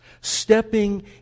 stepping